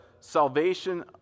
salvation